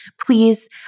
please